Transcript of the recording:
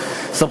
ז.